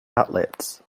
outlets